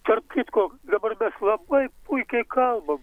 tarp kitko dabar mes labai puikiai kalbam